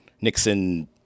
Nixon